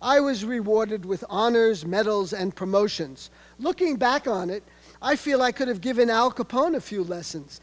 i was rewarded with honors medals and promotions looking back on it i feel i could have given al capone a few lessons